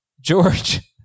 George